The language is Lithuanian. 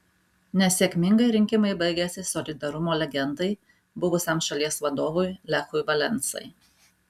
nesėkmingai rinkimai baigėsi solidarumo legendai buvusiam šalies vadovui lechui valensai